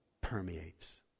Permeates